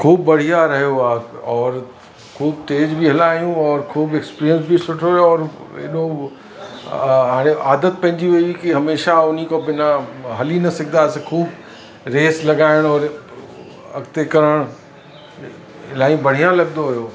ख़ूबु बढ़िया रहियो आहे और ख़ूबु तेज़ बि हला आहियूं और ख़ूबु एक्सपीरियंस बि सुठो रहियो और एॾो हाणे आदत पइजी वई की हमेशा उन खां बिना हली न सघंदासीं ख़ूबु रेस लॻाइणु वारे अॻिते करणु इलाही बढ़िया लॻंदो हुओ